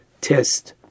test